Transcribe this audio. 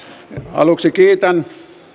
aluksi kiitän